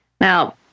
Now